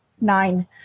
Nine